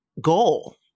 goal